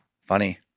funny